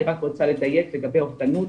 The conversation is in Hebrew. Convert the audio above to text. אני רוצה רק לדייק לגבי אובדנות,